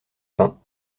pain